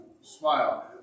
smile